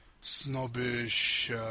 snobbish